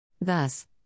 Thus